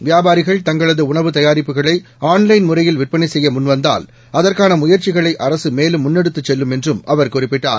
வியாபாரிகள் தங்களது உணவு தயாரிப்புகளை ஆள்லைன் முறையில் விற்பனை செய்ய முன்வந்தால் அதற்கான முயற்சிகளை அரசு மேலும் முன்னெடுத்துச் செல்லும் என்றும் அவர் குறிப்பிட்டார்